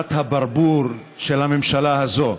שירת הברבור של הממשלה הזו.